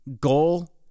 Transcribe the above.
goal